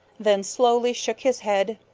then slowly shook his head.